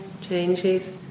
changes